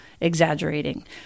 exaggerating